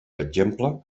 exemple